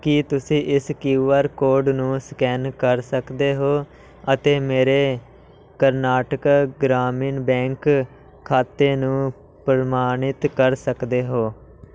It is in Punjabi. ਕੀ ਤੁਸੀਂਂ ਇਸ ਕਿਯੂ ਆਰ ਕੋਡ ਨੂੰ ਸਕੈਨ ਕਰ ਸਕਦੇ ਹੋ ਅਤੇ ਮੇਰੇ ਕਰਨਾਟਕ ਗ੍ਰਾਮੀਣ ਬੈਂਕ ਖਾਤੇ ਨੂੰ ਪ੍ਰਮਾਣਿਤ ਕਰ ਸਕਦੇ ਹੋ